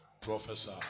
Professor